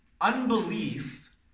unbelief